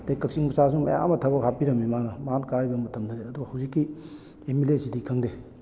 ꯑꯗꯩ ꯀꯛꯆꯤꯡ ꯃꯆꯥꯁꯨ ꯃꯌꯥꯝ ꯑꯃ ꯊꯕꯛ ꯍꯥꯞꯄꯤꯔꯝꯃꯤ ꯃꯥꯅ ꯃꯥꯅ ꯀꯥꯔꯤꯕ ꯃꯇꯝꯗꯗꯤ ꯑꯗꯕꯨ ꯍꯧꯖꯤꯛꯀꯤ ꯑꯦꯝ ꯑꯦꯜ ꯑꯦ ꯁꯤꯗꯤ ꯈꯪꯗꯦ